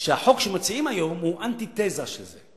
שהחוק שמציעים היום הוא אנטיתזה של זה.